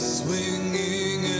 swinging